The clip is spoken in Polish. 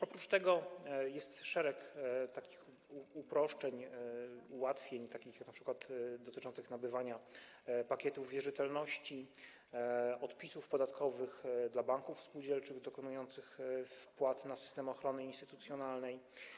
Oprócz tego jest szereg takich uproszczeń, ułatwień na przykład dotyczących nabywania pakietów wierzytelności, odpisów podatkowych dla banków spółdzielczych dokonujących wpłat na system ochrony instytucjonalnej.